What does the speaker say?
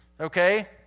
okay